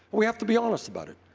we have to be honest about it.